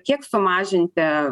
kiek sumažinti